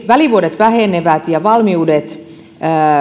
välivuodet vähenevät valmiudet